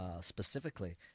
specifically